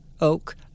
Oak